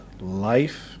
Life